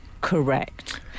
correct